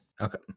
Okay